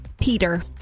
Peter